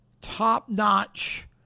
top-notch